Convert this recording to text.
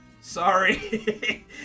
sorry